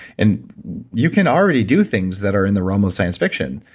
and you can already do things that are in the realm of science fiction,